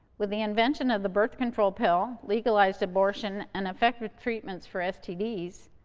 with the invention of the birth control pill, legalized abortion and effective treatments for stds,